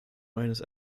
meines